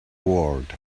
ward